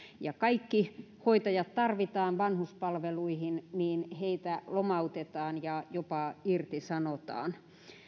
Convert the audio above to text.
ja kaikki hoitajat tarvitaan vanhuspalveluihin niin heitä lomautetaan ja jopa irtisanotaan